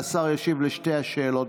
והשר ישיב על שתי השאלות,